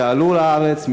תעלו לארץ,